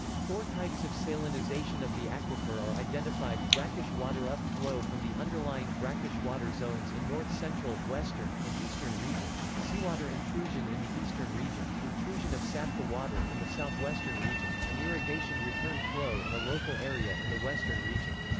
four types of salinisation of the aquifer are identified brackish-water up-flow from the underlying brackish-water zones in north-central, western, and eastern regions seawater intrusion in the eastern region intrusion of sabkha water in the southwestern region and irrigation return flow in a local area in the western region.